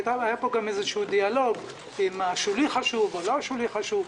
היה פה גם דיאלוג האם השולי חשוב או השולי לא חשוב.